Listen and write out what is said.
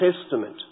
Testament